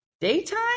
Daytime